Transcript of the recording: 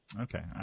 Okay